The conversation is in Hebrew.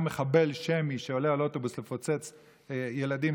גם מחבל שמי שעולה על אוטובוס לפוצץ ילדים,